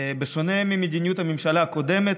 בשונה ממדיניות הממשלה הקודמת,